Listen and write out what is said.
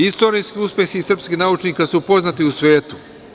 Istorijski uspesi srpskih naučnika su poznati u svetu.